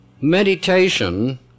Meditation